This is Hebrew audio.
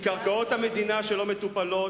קרקעות המדינה שלא מטופלות,